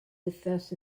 wythnos